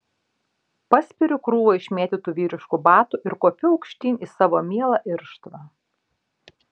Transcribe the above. paspiriu krūvą išmėtytų vyriškų batų ir kopiu aukštyn į savo mielą irštvą